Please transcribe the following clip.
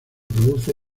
produce